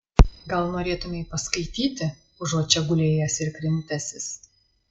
gal norėtumei paskaityti užuot čia gulėjęs ir krimtęsis